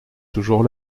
toujours